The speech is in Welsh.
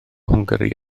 hwngari